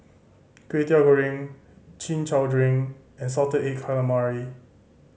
Kway Teow Goreng Chin Chow drink and salted egg calamari